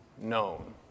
known